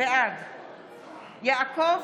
בעד יעקב